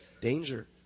danger